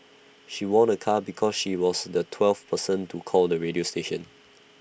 she won A car because she was the twelfth person to call the radio station